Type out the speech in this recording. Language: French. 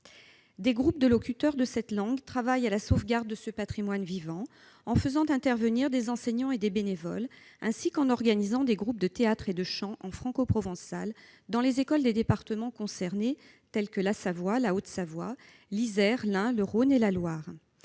Des groupes de locuteurs de cette langue travaillent à la sauvegarde de ce patrimoine vivant en faisant intervenir des enseignants et des bénévoles, ainsi qu'en organisant des groupes de théâtre et de chants en francoprovencal dans les écoles des départements concernés tels que la Savoie, la Haute-Savoie, l'Isère, l'Ain, le Rhône et la Loire.